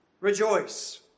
rejoice